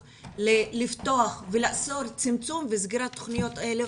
זו חובתו של משרד החינוך לפתוח ולעצור צמצום וסגירת תוכניות אלו.